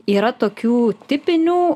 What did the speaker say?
yra tokių tipinių